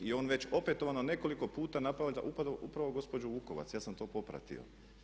I on već opetovano nekoliko puta napada upravo gospođu Vukovac, ja sam to popratio.